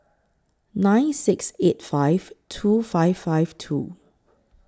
nine six eight five two five five two